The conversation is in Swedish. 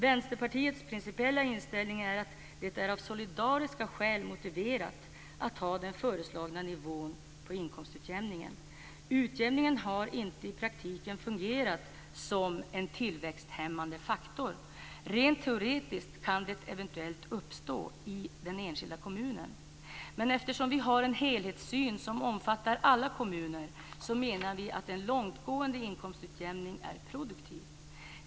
Vänsterpartiets principiella inställning är att det av solidariska skäl är motiverat att ha den föreslagna nivån på inkomstutjämningen. Utjämningen har inte i praktiken fungerat som en tillväxthämmande faktor. Rent teoretiskt kan detta eventuellt tänkas ske i den enskilda kommunen. Eftersom vi har en helhetssyn som omfattar alla kommuner, menar vi dock att en långtgående inkomstutjämning är produktiv.